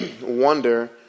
wonder